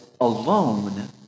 alone